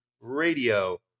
Radio